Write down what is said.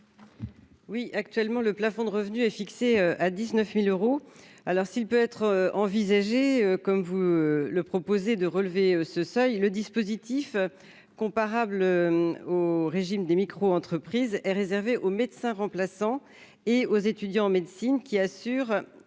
Oui, actuellement, le plafond de revenu est fixé à 19000 euros, alors s'il peut être envisagé comme vous le proposer de relever ce seuil, le dispositif comparables au régime des micro-entreprises et réservé aux médecins remplaçants et aux étudiants en médecine qui assure